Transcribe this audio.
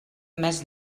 més